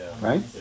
Right